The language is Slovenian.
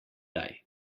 daj